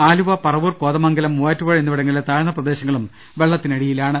Aluva Paravur Kothamangalam Muvattupuzha എന്നിവിടങ്ങളിലെ താഴ്ന്ന പ്രദേശങ്ങളും വെള്ളത്തിനടി യിലാണ്